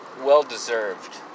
well-deserved